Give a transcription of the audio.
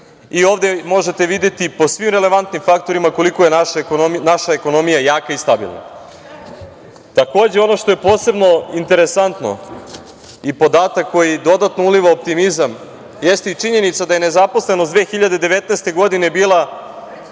i ovde možete videti po svim relevantnim faktorima koliko je naša ekonomija jaka i stabilna. Takođe, ono što je posebno interesantno i podatak koji dodatno uliva optimizam jeste i činjenica da je nezaposlenost 2019. godine bila